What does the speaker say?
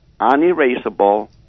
unerasable